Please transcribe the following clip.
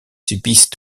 subissent